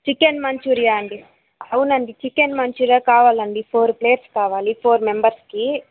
chicken Manchuria అండీ అవునండి chicken Manchuria కావాలండీ ఫోర్ ప్లేట్స్ కావాలి ఫోర్ మెంబర్స్కి